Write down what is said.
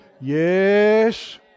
Yes